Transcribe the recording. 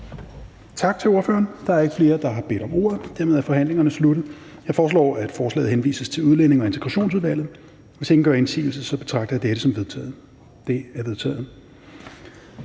Tak til ordføreren. Der er ikke flere, der har bedt om ordet. Dermed er forhandlingen sluttet. Jeg foreslår, at beslutningsforslaget henvises til Udlændinge- og Integrationsudvalget. Hvis ingen gør indsigelse, betragter jeg dette som vedtaget. Det er vedtaget.